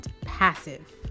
passive